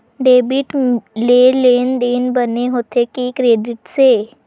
Debit से लेनदेन बने होथे कि क्रेडिट से?